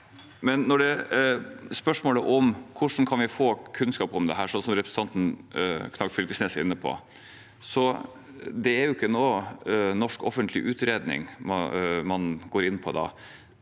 det gjelder spørsmålet om hvordan vi kan få kunnskap om dette, som representanten Knag Fylkesnes er inne på, er det ikke noen norsk offentlig utredning man går inn på da.